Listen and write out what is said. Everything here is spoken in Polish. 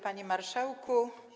Panie Marszałku!